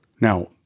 Now